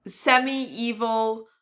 semi-evil